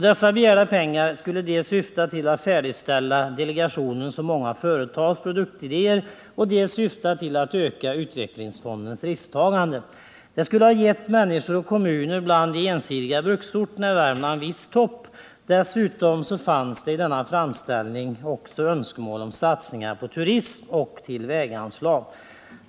Dessa begärda pengar skulle syfta till att dels färdigställa delegationens och många företags produktideér, dels öka utvecklingsfondens risktagande. Det skulle ha gett människor och kommuner bland de ensidiga bruksorterna i Värmland visst hopp. Dessutom fanns i denna framställning begäran om satsningar på turism och om väganslag.